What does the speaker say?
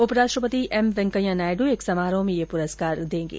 उपराष्ट्रपति एम वेंकैया नायडू एक समारोह में ये पुरस्कार देंगे